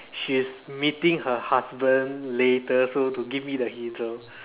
she is meeting her husband later so to give me the hint so